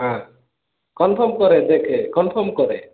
ହଁ କନଫର୍ମ କରେଇ ଦେଖେ କନଫର୍ମ କରେ